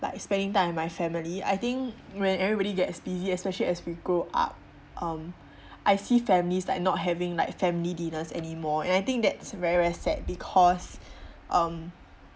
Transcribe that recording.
like spending time with my family I think when everybody gets busy especially as we grow up um I see families like not having like family dinners anymore and I think that's very very sad because um